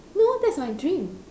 no that's my dream